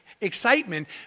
excitement